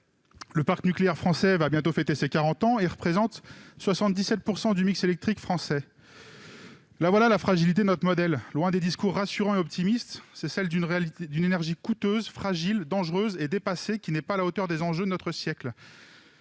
parc nucléaire, qui va bientôt fêter ses quarante ans, représente 77 % du mix électrique français. La voilà, la fragilité de notre modèle, loin des discours rassurants et optimistes : c'est celle d'une énergie coûteuse, fragile, dangereuse et dépassée, qui n'est pas à la hauteur des enjeux de notre siècle